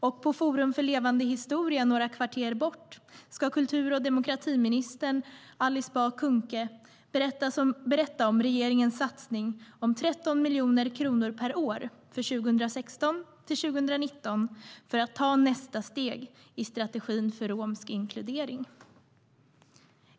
Och på Forum för levande historia några kvarter bort ska kultur och demokratiminister Alice Bah Kuhnke berätta om regeringens satsning på 13 miljoner kronor per år för 2016-2019, för att ta nästa steg i strategin för romsk inkludering.